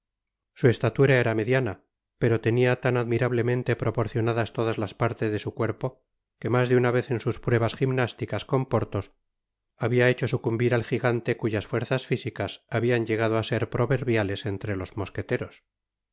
su estatura era mediana pero tenia tan admirablemente proporcionadas todas las partes de su cuerpo que mas de una vez en sus pruebas jimnáslicas con porthos habia hecho sucumbir al jigante cuyas fuerzas físicas habian llegado á ser proverbiales entre los mosqueteros